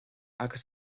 agus